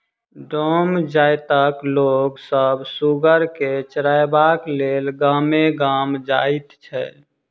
डोम जाइतक लोक सभ सुगर के चरयबाक लेल गामे गाम जाइत छै